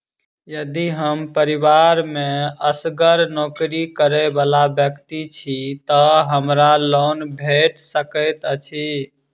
यदि हम परिवार मे असगर नौकरी करै वला व्यक्ति छी तऽ हमरा लोन भेट सकैत अछि?